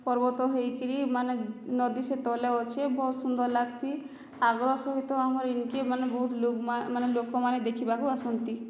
ପର୍ବତ ହେଇକିରି ମାନେ ନଦୀ ସେ ତଲେ ଅଛେ ବହୁତ ସୁନ୍ଦର ଲାଗ୍ସି ଆଗ୍ରହ ସହିତ ଆମର ଇନକେ ମାନେ ବହୁତ ଲୋକ୍ ମାନେ ଲୋକମାନେ ଦେଖିବାକୁ ଆସନ୍ତି